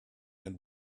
and